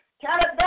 Canada